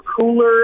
cooler